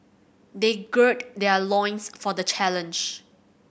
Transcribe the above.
they gird their loins for the challenge